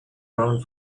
around